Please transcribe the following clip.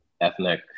ethnic